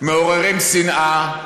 מעוררים שנאה,